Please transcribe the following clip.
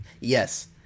Yes